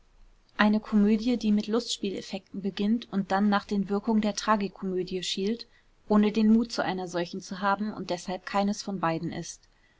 eine komödie die mit lustspieleffekten beginnt und dann nach den wirkungen der tragikomödie schielt ohne den mut zu einer solchen zu haben und deshalb keines von beiden das